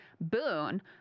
boon